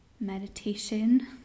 meditation